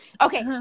Okay